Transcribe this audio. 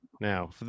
now